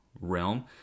realm